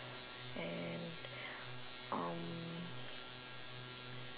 and um